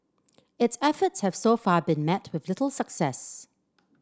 its efforts have so far been met with little success